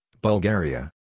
Bulgaria